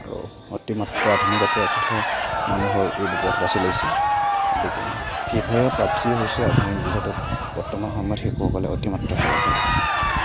আৰু অতিমাত্ৰাই আধুনিকতাই আচলতে মানুহৰ এইবোৰ পথ বাছি লৈছে গতিকে ফ্ৰী ফায়াৰ পাপজি হৈছে আধুনিক যুগত বৰ্তমান সামাজিক মাধ্যমত অতিমাত্ৰাই খেলা খেল